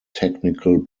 technical